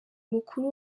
mukuru